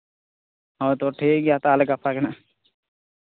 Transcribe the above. ᱦᱳᱭ ᱛᱚ ᱴᱷᱤᱠ ᱜᱮᱭᱟ ᱛᱟᱦᱚᱞᱮ ᱜᱟᱯᱟᱜᱮ ᱦᱟᱸᱜ